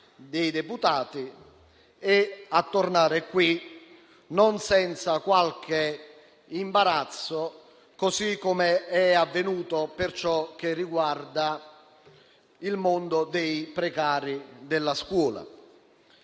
dei deputati e a tornare qui non senza qualche imbarazzo, così come è avvenuto per ciò che riguarda il mondo dei precari della scuola.